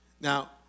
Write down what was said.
Now